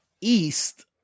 East